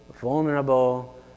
vulnerable